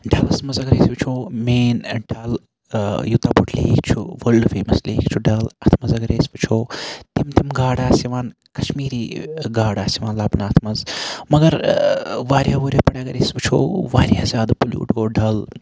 ڈَلَس مَنٛز اَگَر أسۍ وٕچھو مین ڈَل یوٗتاہ بوٚڈ لیک چھُ وٲلڈ فیمَس لیک چھُ ڈَل اتھ مَنٛز اَگَرے أسۍ وٕچھو تِم تِم گاڈٕ آسہٕ یِوان کَشمیٖری گاڈٕ آسہٕ یِوان لَبنہٕ اتھ مَنٛز مَگَر واریَہَو ؤریَو پیٹھ اَگَر أسۍ وٕچھو واریاہ زیادٕ پوٚلیوٗٹ گوٚو ڈَل